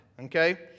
Okay